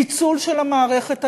פיצול של המערכת היום,